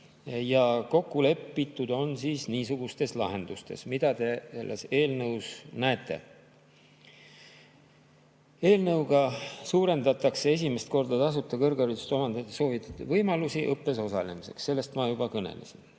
ja kokku sai lepitud niisugustes lahendustes, mida te selles eelnõus näete. Eelnõuga suurendatakse esimest korda tasuta kõrgharidust omandada soovijate võimalusi õppes osalemiseks. Sellest ma juba kõnelesin.